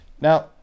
Now